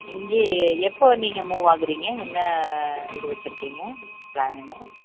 இங்கே எப்போ நீங்கள் மூவ் ஆகுறீங்க என்ன இது வச்சி இருக்கீங்க ஃப்ளான் என்ன